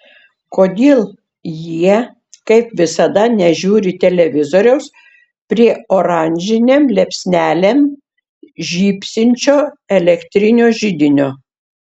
kodėl jie kaip visada nežiūri televizoriaus prie oranžinėm liepsnelėm žybsinčio elektrinio židinio